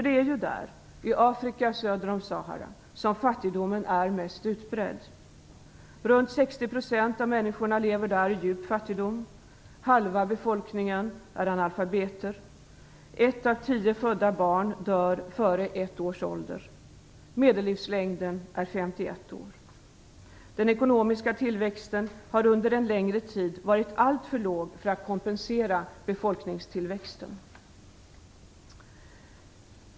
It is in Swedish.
Det är ju i Afrika söder om Sahara som fattigdomen är mest utbredd. Runt 60 % av människorna där lever i djup fattigdom. Halva befolkningen är analfabeter. 1 av 10 födda barn dör före ett års ålder. Medellivslängden är 51 år. Den ekonomiska tillväxten har under en längre tid varit alltför låg för att kompensera befolkningstillväxten.